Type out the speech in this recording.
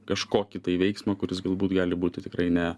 kažkokį tai veiksmą kuris galbūt gali būti tikrai ne